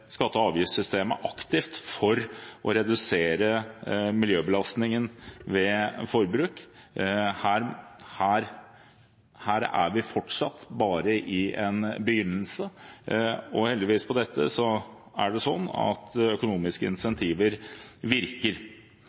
skatte- og avgiftssystemet aktivt for å redusere miljøbelastningen ved forbruk. Her er vi fortsatt bare ved begynnelsen. Heldigvis er det på dette området slik at økonomiske incentiver virker.